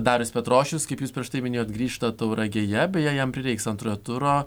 darius petrošius kaip jūs prieš tai minėjot grįžta tauragėje beje jam prireiks antrojo turo